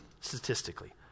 statistically